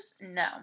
No